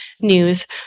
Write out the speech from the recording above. news